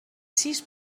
sis